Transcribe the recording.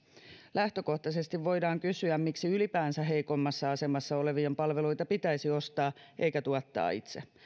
lähtökohtaisesti voidaan kysyä miksi ylipäänsä heikoimmassa asemassa olevien palveluita pitäisi ostaa eikä tuottaa itse